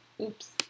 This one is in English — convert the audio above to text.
Oops